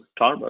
Starbucks